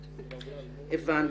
הבנתי.